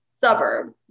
suburb